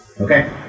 Okay